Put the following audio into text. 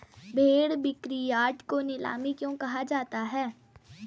भेड़ बिक्रीयार्ड को नीलामी क्यों कहा जाता है?